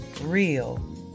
real